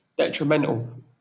Detrimental